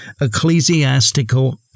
ecclesiastical